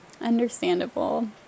understandable